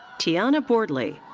tiana boardley.